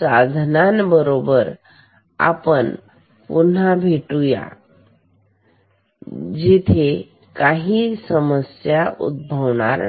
साधनं बरोबर आपण पुन्हा भेटूया जिथे काही समस्या उद्भवणार नाही